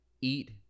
eat